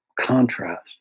contrast